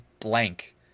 blank